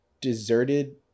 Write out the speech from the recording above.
deserted